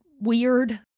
weird